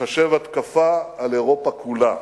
תיחשב התקפה על אירופה כולה".